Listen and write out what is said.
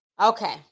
Okay